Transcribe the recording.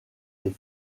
des